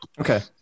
okay